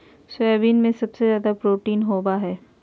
soybean में सबसे ज़्यादा प्रोटीन होबा हइ